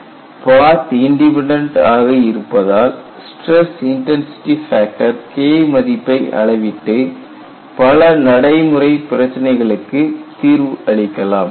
பாத் independent ஆக இருப்பதால் stress intensity factor K மதிப்பை அளவிட்டு பல நடைமுறை பிரச்சினைகளுக்கு தீர்வு அளிக்கலாம்